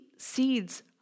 seeds